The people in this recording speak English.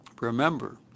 Remember